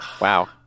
Wow